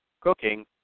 cooking